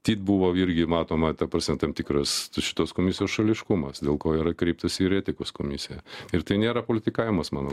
tyt buvo irgi matoma ta prasme tam tikras šitos komisijos šališkumas dėl ko yra kreiptasi ir į etikos komisiją ir tai nėra politikavimas mano